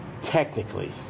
technically